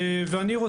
בנושא